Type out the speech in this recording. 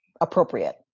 appropriate